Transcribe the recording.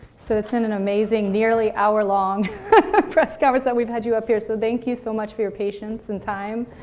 so it's been and an amazing, nearly hour long press conference that we've had you up here. so thank you so much for your patience and time.